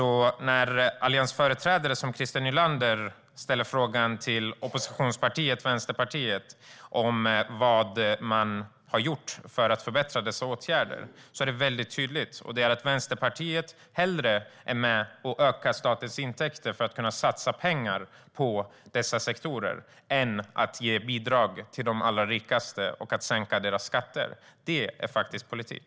När alliansföreträdare som Christer Nylander ställer frågan till oppositionspartiet Vänsterpartiet om vad som har gjorts för att förbättra detta är vårt svar mycket tydligt, nämligen att Vänsterpartiet hellre är med och ökar statens intäkter för att kunna satsa pengar på dessa sektorer än att ge bidrag till de allra rikaste och att sänka deras skatter. Det är faktiskt politik.